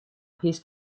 his